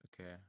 Okay